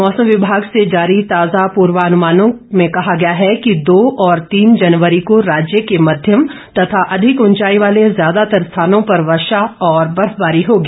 मौसम विभाग से जारी ताजा पूर्वानुमानों में कहा गया है कि दो और तीन जनवरी को राज्य के मध्यम तथा अधिक उंचाई वाले ज्यादातर स्थानों पर वर्षा और बर्फबारी होगी